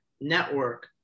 network